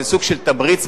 זה סוג של תמריץ,